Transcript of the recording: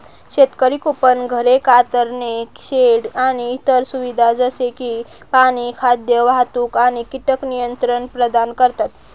शेतकरी कुंपण, घरे, कातरणे शेड आणि इतर सुविधा जसे की पाणी, खाद्य, वाहतूक आणि कीटक नियंत्रण प्रदान करतात